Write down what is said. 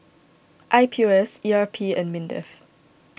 I P O S E R P and Mindef